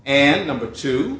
and number two